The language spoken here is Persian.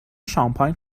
شانپاین